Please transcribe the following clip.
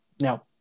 no